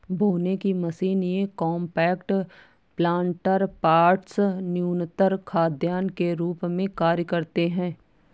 बोने की मशीन ये कॉम्पैक्ट प्लांटर पॉट्स न्यूनतर उद्यान के रूप में कार्य करते है